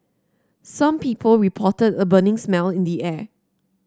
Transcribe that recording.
some people reported a burning smell in the air